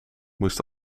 moest